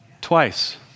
twice